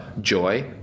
joy